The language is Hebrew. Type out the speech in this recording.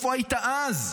איפה היית אז?